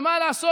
מה לעשות,